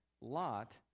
Lot